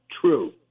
true